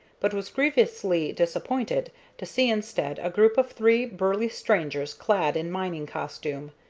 but was grievously disappointed to see instead a group of three burly strangers clad in mining costume.